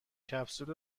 کپسول